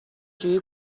جویی